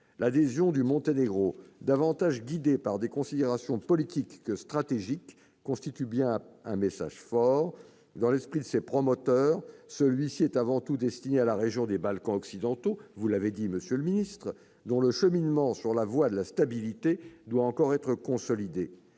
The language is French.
l'adhésion du Monténégro, guidée par des considérations plus politiques que stratégiques, constitue bien un message fort. Dans l'esprit de ses promoteurs, cette démarche est avant tout destinée à la région des Balkans occidentaux, dont le cheminement sur la voie de la stabilité doit encore être consolidé.